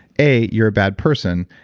a, you're a bad person,